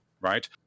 right